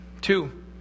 Two